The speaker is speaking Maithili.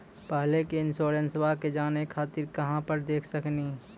पहले के इंश्योरेंसबा के जाने खातिर कहां पर देख सकनी?